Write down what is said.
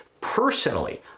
Personally